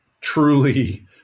truly